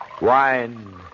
Wine